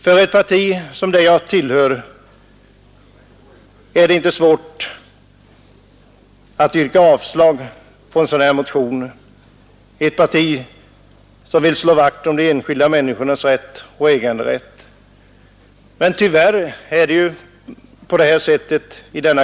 För ett parti som det jag tillhör, ett parti som vill slå vakt om de enskilda människornas äganderätt, är det inte svårt att yrka avslag på en sådan här motion.